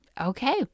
okay